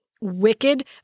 wicked